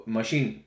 machine